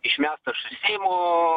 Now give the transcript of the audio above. išmestas iš seimo